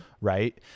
Right